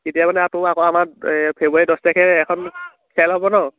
তেতিয়া মানে আকৌ আমাক এই ফেব্ৰুৱাৰী দহ তাৰিখে এখন খেল হ'ব ন